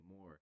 more